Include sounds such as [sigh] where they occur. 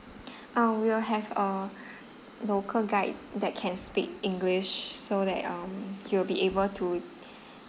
uh we'll have a local guide that can speak english so that um he will be able to [breath]